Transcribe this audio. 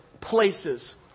places